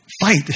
fight